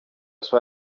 sua